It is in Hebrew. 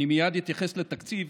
אני מייד אתייחס לתקציב,